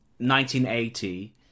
1980